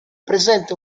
presente